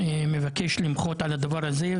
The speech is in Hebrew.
דרך אגב,